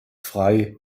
frei